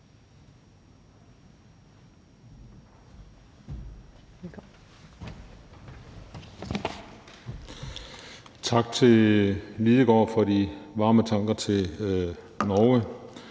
Martin Lidegaard for de varme tanker til Norge.